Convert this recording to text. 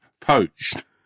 poached